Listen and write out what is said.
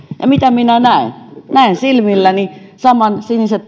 ja mitä minä näen näen silmilläni saman